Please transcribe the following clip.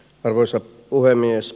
arvoisa puhemies